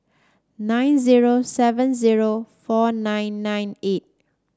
nine zero seven zero four nine nine eight